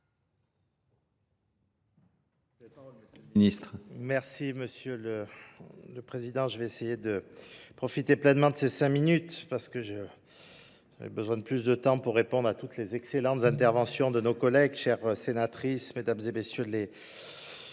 ? Monsieur le Président. Je vais essayer de profiter pleinement de ces cinq minutes. J'avais besoin de plus de temps pour répondre à toutes les excellentes interventions de nos collègues, chères sénatrices, mesdames et messieurs les...